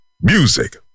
Music